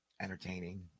entertaining